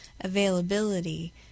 availability